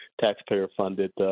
taxpayer-funded